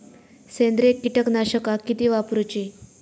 सेंद्रिय कीटकनाशका किती वापरूची?